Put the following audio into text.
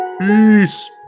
Peace